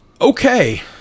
Okay